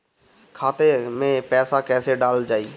खाते मे पैसा कैसे डालल जाई?